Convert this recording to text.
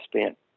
spent